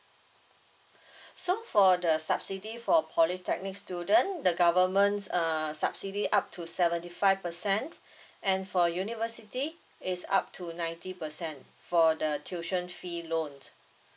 so for the subsidy for polytechnic student the government's uh subsidy up to seventy five percent and for university is up to ninety percent for the tuition fee loan